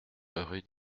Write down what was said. rue